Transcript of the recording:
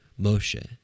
Moshe